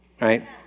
right